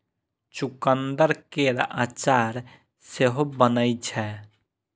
चुकंदर केर अचार सेहो बनै छै